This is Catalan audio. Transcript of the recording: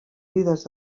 vides